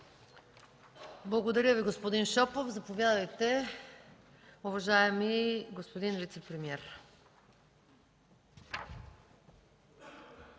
Благодаря Ви, господин Шопов. Заповядайте, уважаеми господин вицепремиер.